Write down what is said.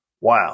Wow